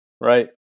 right